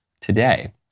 today